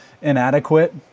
inadequate